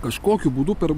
kažkokiu būdu per